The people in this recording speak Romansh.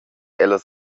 ellas